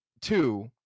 two